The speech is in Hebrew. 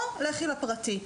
או לכי לפרטי.